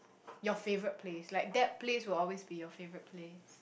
your favourite place like that place will always be your favourite place